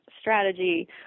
strategy